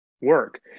work